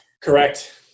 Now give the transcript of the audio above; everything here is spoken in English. Correct